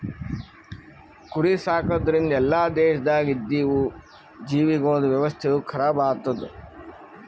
ಕುರಿ ಸಾಕದ್ರಿಂದ್ ಎಲ್ಲಾ ದೇಶದಾಗ್ ಇದ್ದಿವು ಜೀವಿಗೊಳ್ದ ವ್ಯವಸ್ಥೆನು ಖರಾಬ್ ಆತ್ತುದ್